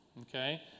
Okay